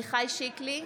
עמיחי שיקלי,